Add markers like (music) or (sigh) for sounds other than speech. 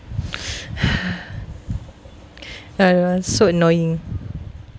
(breath) ya that [one] so annoying